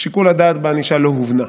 שיקול הדעת בענישה לא הובנה,